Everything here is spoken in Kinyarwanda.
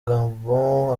gabon